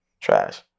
trash